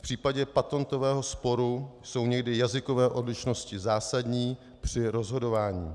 V případě patentového sporu jsou někdy jazykové odlišnosti zásadní při rozhodování.